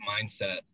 mindset